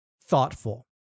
thoughtful